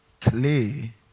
clay